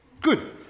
Good